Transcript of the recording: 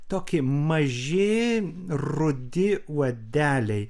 tokie maži rudi uodeliai